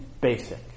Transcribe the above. Basic